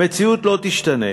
המציאות לא תשתנה